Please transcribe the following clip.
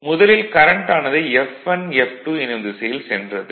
முதலில் கரண்ட் ஆனது F1 F2 எனும் திசையில் சென்றது